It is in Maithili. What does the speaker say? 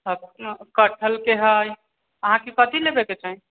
आ कठहल के हय अहाँकेॅं कथि लेबै के छै